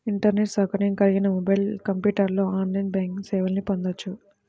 internet సౌకర్యం కలిగిన mobile, కంప్యూటర్లో ఆన్లైన్ బ్యాంకింగ్ సేవల్ని పొందొచ్చు